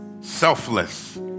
Selfless